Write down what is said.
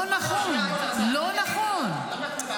לא נכון.